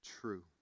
true